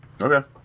Okay